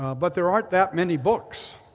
but there aren't that many books.